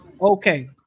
Okay